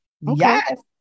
Yes